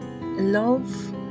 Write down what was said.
love